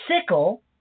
sickle